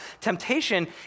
temptation